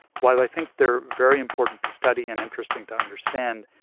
while i think they're very important to study and interesting to understand,